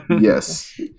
Yes